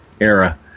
era